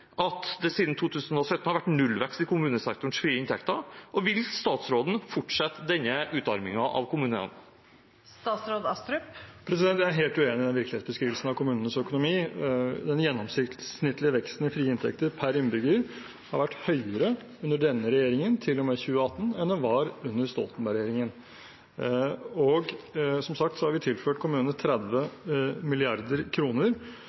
at det siden 2017 har vært nullvekst i kommunesektorens frie inntekter? Og vil statsråden fortsette denne utarmingen av kommunene? Jeg er helt uenig i den virkelighetsbeskrivelsen av kommunenes økonomi. Den gjennomsnittlige veksten i frie inntekter per innbygger har vært høyere under denne regjeringen, til og med 2018, enn den var under Stoltenberg-regjeringen, og som sagt har vi tilført kommunene